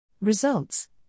Results